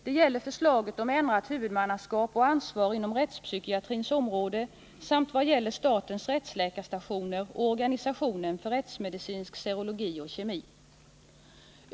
Det gäller förslaget om ändrat huvudmannaskap och ansvar inom rättspsykiatrins område samt vad gäller statens rättsläkarstationer och organisationen för rättsmedicinsk serologi och kemi.